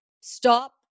stop